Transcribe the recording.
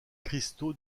cristaux